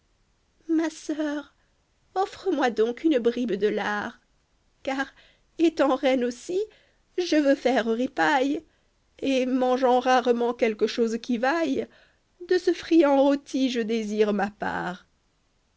ma sœur offre moi donc une bribe de lard car étant reine aussi je veux faire ripaille et mangeant rarement quelque chose qui vaille de ce friand rôti je désire ma part